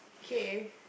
K